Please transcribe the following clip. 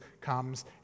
comes